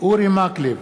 אורי מקלב,